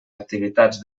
activitats